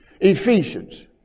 Ephesians